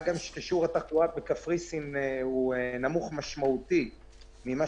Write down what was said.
מה גם ששיעור התחלואה בקפריסין הוא נמוך משמעותית ממה